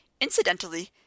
Incidentally